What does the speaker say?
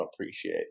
appreciate